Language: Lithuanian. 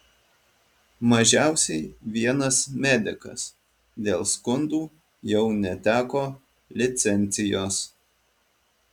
mažiausiai vienas medikas dėl skundų jau neteko licencijos